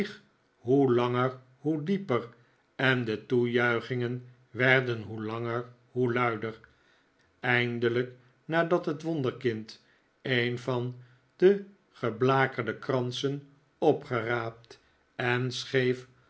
hoe langer hoe dieper en de toejuichingen werden hoe langer hoe luider eindelijk nadat het wonderkind een van de geblakerde kransen opgeraapt en scheef